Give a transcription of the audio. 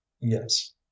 Yes